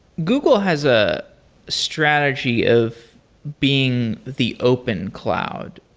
google has a strategy of being the open cloud.